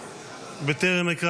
אינו נוכח